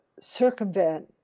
Circumvent